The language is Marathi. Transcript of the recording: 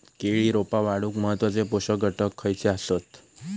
केळी रोपा वाढूक महत्वाचे पोषक घटक खयचे आसत?